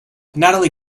natalie